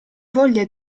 voglia